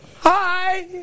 Hi